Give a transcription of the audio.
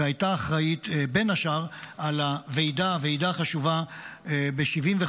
היא הייתה אחראית בין השאר על הוועידה החשובה ב-1975,